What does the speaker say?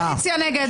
הטענות לא אליך, איל.